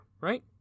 right